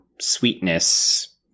sweetness